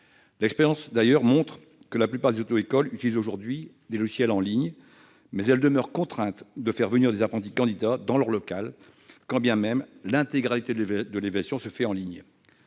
L'expérience montre d'ailleurs que la plupart des auto-écoles utilisent aujourd'hui ces logiciels en ligne, mais elles demeurent contraintes de faire venir les apprentis candidats dans leur local, quand bien même l'intégralité de l'évaluation se fait en ligne.